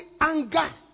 anger